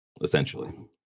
essentially